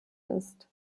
ist